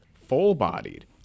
full-bodied